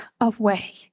away